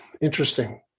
interesting